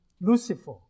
Lucifer